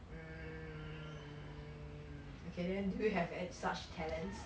mm okay then do you have ex~ such talents